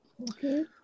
okay